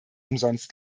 umsonst